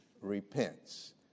repents